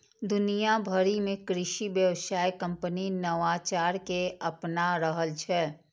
दुनिया भरि मे कृषि व्यवसाय कंपनी नवाचार कें अपना रहल छै